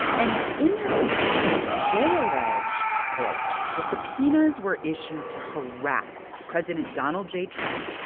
and in their complaint, they allege, quote, the subpoenas were issued to harass president donald j. trump,